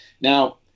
Now